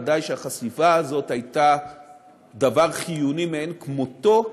ודאי שהחשיפה הזאת הייתה דבר חיוני מאין כמותו,